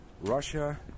Russia